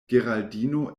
geraldino